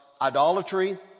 idolatry